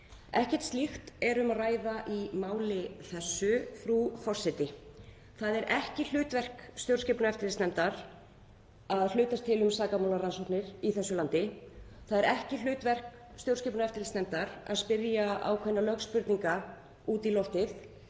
Ekkert slíkt er um að ræða í máli þessu, frú forseti. Það er ekki hlutverk stjórnskipunar- og eftirlitsnefndar að hlutast til um sakamálarannsóknir í þessu landi. Það er ekki hlutverk stjórnskipunar- og eftirlitsnefndar að spyrja ákveðinna lögspurninga út í loftið